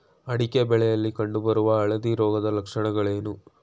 ಅಡಿಕೆ ಬೆಳೆಯಲ್ಲಿ ಕಂಡು ಬರುವ ಹಳದಿ ರೋಗದ ಲಕ್ಷಣಗಳೇನು?